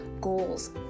goals